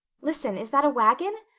listen. is that a wagon?